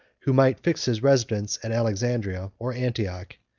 who might fix his residence at alexandria or antioch,